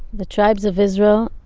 the tribes of israel,